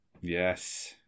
Yes